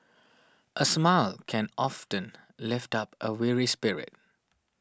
a smile can often lift up a weary spirit